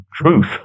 truth